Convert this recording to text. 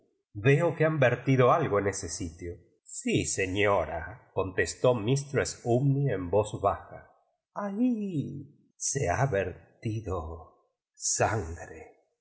veo que bao vertido algo en ese ritió sí señora con testó mistres umney en voz baja ahí se hit vertido sangre